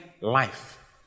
life